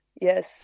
yes